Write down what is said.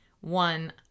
one